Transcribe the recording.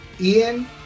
Ian